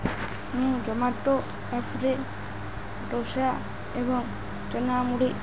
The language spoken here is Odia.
ମୁଁ ଜୋମାଟୋ ଆପ୍ରେ ଦୋସା ଏବଂ ଚଣା ମୁୁଢ଼ି